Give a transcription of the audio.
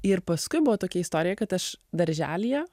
ir paskui buvo tokia istorija kad aš darželyje